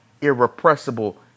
irrepressible